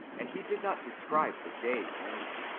and he did not describe the day only,